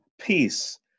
peace